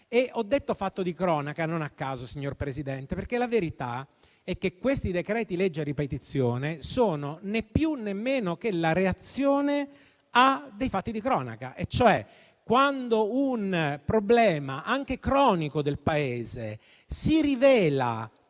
di fatto di cronaca non a caso, signor Presidente, perché la verità è che questi decreti-legge a ripetizione sono, né più né meno, la reazione a dei fatti di cronaca. Quando un problema, anche cronico, del Paese si rivela